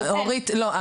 אורית לא.